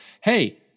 Hey